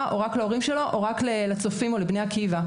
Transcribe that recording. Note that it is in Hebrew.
או רק להורים שלו או רק לצופים או לבני עקיבא.